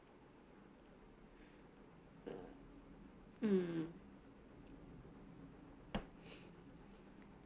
mm